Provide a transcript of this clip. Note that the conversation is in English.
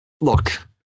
look